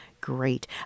great